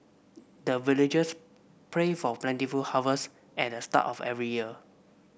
the villagers pray for plentiful harvest at the start of every year